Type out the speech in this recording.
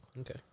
Okay